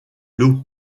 l’eau